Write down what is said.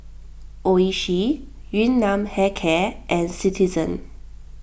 Oishi Yun Nam Hair Care and Citizen